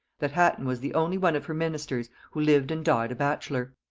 that hatton was the only one of her ministers who lived and died a bachelor.